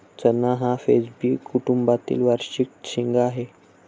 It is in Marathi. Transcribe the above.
चणा हा फैबेसी कुटुंबातील वार्षिक शेंगा आहे